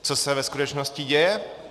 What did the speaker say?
Co se ve skutečnosti děje?